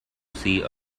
see